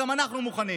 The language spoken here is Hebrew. גם אנחנו מוכנים.